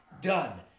done